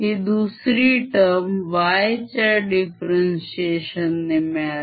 हि दुसरी term y च्या differentiation ने मिळेल